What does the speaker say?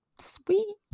sweet